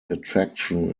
attraction